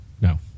No